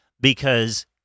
because-